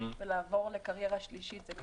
ולעבור לקריירה השלישית זה קצת יותר.